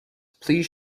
please